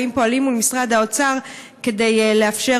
האם פועלים מול משרד האוצר כדי לאפשר